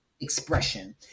expression